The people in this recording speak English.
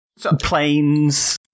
planes